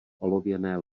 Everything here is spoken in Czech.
olověné